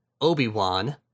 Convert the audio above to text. Obi-Wan